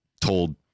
told